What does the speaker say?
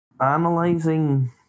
analyzing